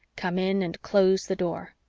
come in and close the door.